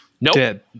Nope